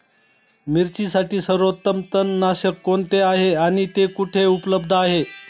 मिरचीसाठी सर्वोत्तम तणनाशक कोणते आहे आणि ते कुठे उपलब्ध आहे?